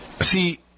See